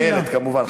חיילת, כמובן.